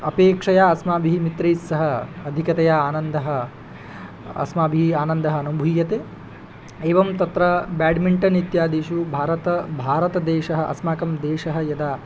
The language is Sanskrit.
अपेक्षया अस्माभिः मित्रैस्सह अधिकतया आनन्दः अस्माभिः आनन्दः अनुभूयते एवं तत्र बेड्मिन्टन् इत्यादिषु भारत भारतदेशः अस्माकं देशः यदा